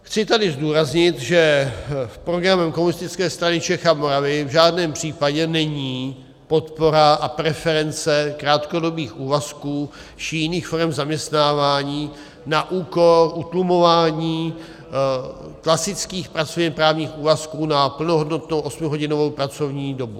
Chci tady zdůraznit, že v programu Komunistické strany Čech a Moravy v žádném případě není podpora a preference krátkodobých úvazků či jiných forem zaměstnávání na úkor utlumování klasických pracovněprávních úvazků na plnohodnotnou osmihodinovou pracovní dobu.